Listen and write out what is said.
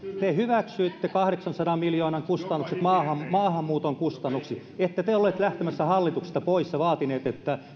te hyväksyitte kahdeksansadan miljoonan maahanmuuton kustannukset ette te olleet lähtemässä hallituksesta pois ja vaatineet että